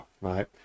right